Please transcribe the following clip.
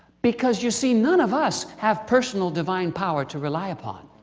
because you see, none of us have personal divine power to rely upon.